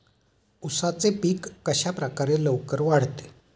उसाचे पीक कशाप्रकारे लवकर वाढते?